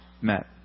met